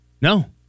No